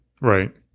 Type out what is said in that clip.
right